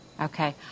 Okay